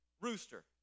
rooster